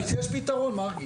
אז יש פתרון, מרגי.